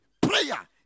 prayer